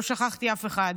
לא שכחתי אף אחד.